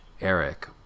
Eric